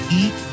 eat